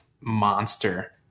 monster